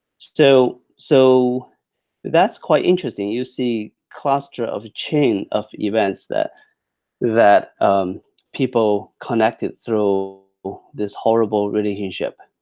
so so that's quite interesting, you see cluster of chain of events, that that um people connected through this horrible relationship.